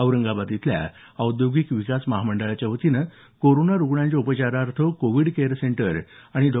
औरंगाबाद इथल्या औद्योगिक विकास महामंडळाच्यावतीने कोरोना रुग्णांच्या उपचारार्थ कोविड केअर सेंटर आणि डॉ